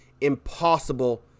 impossible